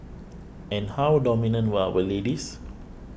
and how dominant were our ladies